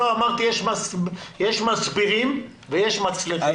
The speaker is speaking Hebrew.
אמרתי שיש מסבירים ויש מצליחים.